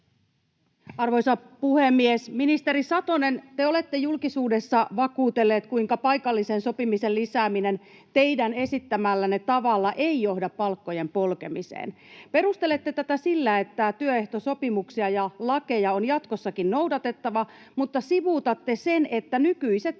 Arvoisa puhemies! Ministeri Satonen, te olette julkisuudessa vakuutellut, kuinka paikallisen sopimisen lisääminen teidän esittämällänne tavalla ei johda palkkojen polkemiseen. Perustelette tätä sillä, että työehtosopimuksia ja lakeja on jatkossakin noudatettava, mutta sivuutatte sen, että nykyiset